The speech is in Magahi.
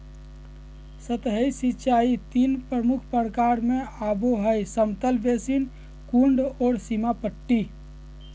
सतही सिंचाई तीन प्रमुख प्रकार में आबो हइ समतल बेसिन, कुंड और सीमा पट्टी